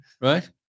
right